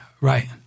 Right